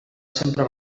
sempre